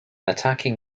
attacking